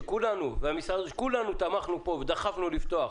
שכולנו תמכנו בהם פה ודחפנו לפתוח,